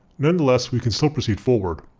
nonetheless we can still proceed forward.